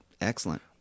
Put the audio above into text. Excellent